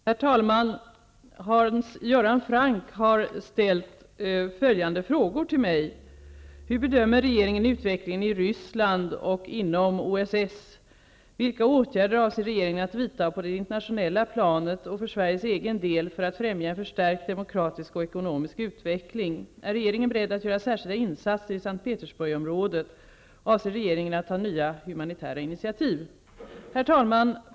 Herr talman! Hans Göran Franck har ställt följande frågor till mig. Hur bedömer regeringen utvecklingen i Ryssland och inom OSS? S:t Petersburgsområdet? Avser regeringen att ta nya humanitära initiativ? Herr talman!